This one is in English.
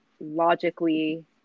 logically